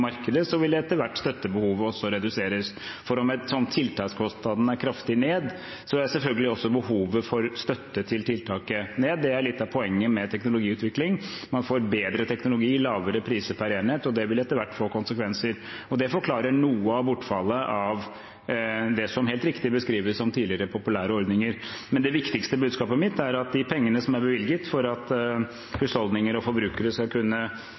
vil etter hvert støttebehovet reduseres, for om tiltakskostnadene er gått kraftig ned, går selvfølgelig også behovet for støtte til tiltaket ned. Det er litt av poenget med teknologiutvikling. Man får bedre teknologi, lavere priser per enhet, og det vil etter hvert få konsekvenser. Det forklarer noe av bortfallet av det som helt riktig beskrives som tidligere populære ordninger. Men det viktigste budskapet mitt er at de pengene som er bevilget for at husholdninger og forbrukere skal kunne